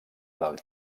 del